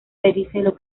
pedicelo